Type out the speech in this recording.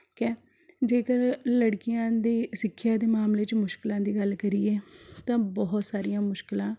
ਕਿ ਜੇਕਰ ਲੜਕੀਆਂ ਦੀ ਸਿੱਖਿਆ ਦੇ ਮਾਮਲੇ 'ਚ ਮੁਸ਼ਕਿਲਾਂ ਦੀ ਗੱਲ ਕਰੀਏ ਤਾਂ ਬਹੁਤ ਸਾਰੀਆਂ ਮੁਸ਼ਕਿਲਾਂ